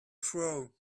throw